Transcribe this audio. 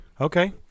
Okay